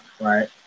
right